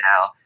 now